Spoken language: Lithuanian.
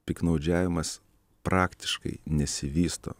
piktnaudžiavimas praktiškai nesivysto